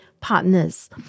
partners